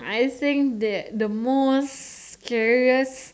I think that the most scariest